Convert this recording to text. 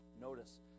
Notice